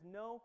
no